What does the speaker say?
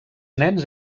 nens